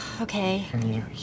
Okay